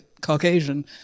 Caucasian